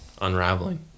unraveling